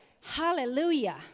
Hallelujah